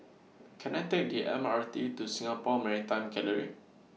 Can I Take The M R T to Singapore Maritime Gallery